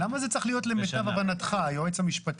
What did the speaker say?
למה זה צריך להיות למיטב הבנתך, היועץ המשפטי?